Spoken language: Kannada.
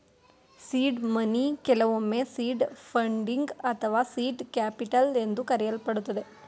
ಸೀಡ್ ಮನಿ ಕೆಲವೊಮ್ಮೆ ಸೀಡ್ ಫಂಡಿಂಗ್ ಅಥವಾ ಸೀಟ್ ಕ್ಯಾಪಿಟಲ್ ಎಂದು ಕರೆಯಲ್ಪಡುತ್ತದೆ